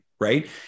Right